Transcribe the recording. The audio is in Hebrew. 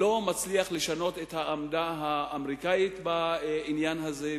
לא מצליח לשנות את העמדה האמריקנית בעניין הזה.